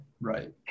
right